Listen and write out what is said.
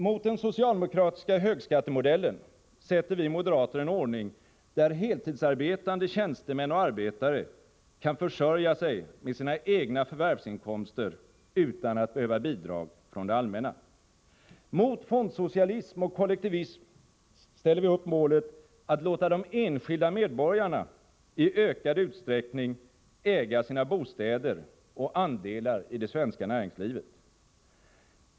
Mot den socialdemokratiska högskattemodellen sätter vi moderater en ordning, där heltidsarbetande tjänstemän och arbetare kan försörja sig med sina egna förvärvsinkomster utan att behöva bidrag från det allmänna. Mot fondsocialism och kollektivism ställer vi upp målet att låta de enskilda medborgarna i ökad utsträckning äga sina bostäder och andelar i det svenska näringslivet.